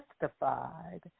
justified